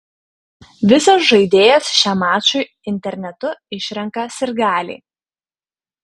visas žaidėjas šiam mačui internetu išrenka sirgaliai